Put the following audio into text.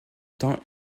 temps